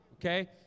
okay